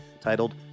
titled